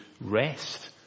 rest